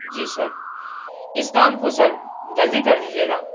جی sir اس کام کو سر جلدی کر دیجیے گا